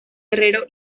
herrero